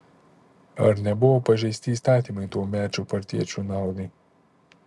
ar nebuvo pažeisti įstatymai tuomečių partiečių naudai